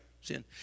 sin